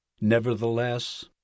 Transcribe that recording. Nevertheless